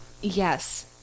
Yes